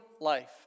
life